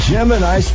Gemini